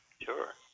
Sure